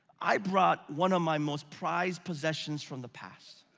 i brought one of my most prized possessions from the past.